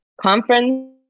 conference